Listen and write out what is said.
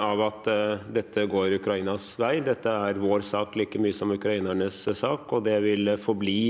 av at dette går Ukrainas vei. Dette er vår sak like mye som ukrainernes sak, og det vil forbli